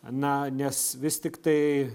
na nes vis tiktai